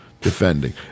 defending